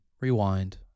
Rewind